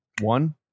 One